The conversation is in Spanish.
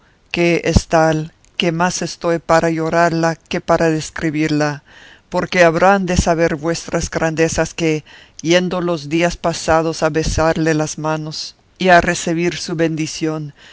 que es tal que más estoy para llorarla que para describirla porque habrán de saber vuestras grandezas que yendo los días pasados a besarle las manos y a recebir su bendición